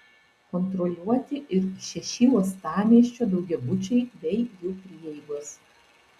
kontroliuoti ir šeši uostamiesčio daugiabučiai bei jų prieigos